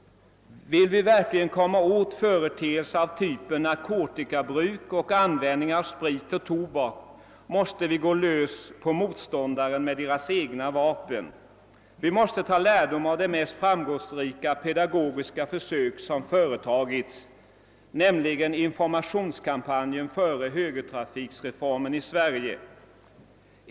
Vill vi verkligen komma åt företeelser av typen narkotikabruk och användning av sprit och tobak måste vi gå lös på motståndarna med deras egna vapen. Vi måste ta lärdom av det mest framgångsrika pedagogiska försök som företagits, nämligen informationskampanjen före högertrafikreformen i Sverige.